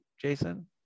Jason